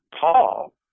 Paul